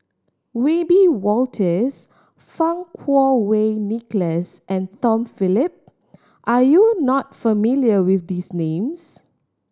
Wiebe Wolters Fang Kuo Wei Nicholas and Tom Phillip are you not familiar with these names